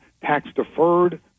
tax-deferred